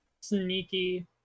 Sneaky